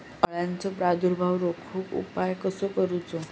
अळ्यांचो प्रादुर्भाव रोखुक उपाय कसो करूचो?